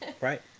right